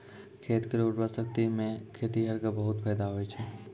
खेत केरो उर्वरा शक्ति सें खेतिहर क बहुत फैदा होय छै